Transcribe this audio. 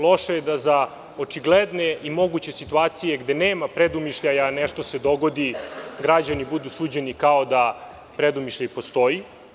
Loše je da za očigledne i moguće situacije, gde nema predumišljaja, nešto se dogodi, građani budu suđeni kao da predumišljaj postoji.